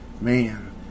man